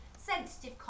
sensitive